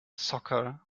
soccer